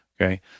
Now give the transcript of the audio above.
okay